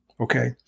okay